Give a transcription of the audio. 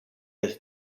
have